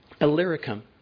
illyricum